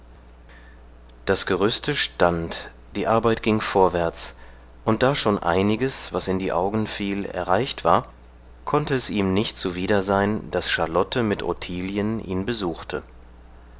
das gerüste stand die arbeit ging vorwärts und da schon einiges was in die augen fiel erreicht war konnte es ihm nicht zuwider sein daß charlotte mit ottilien ihn besuchte